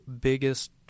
biggest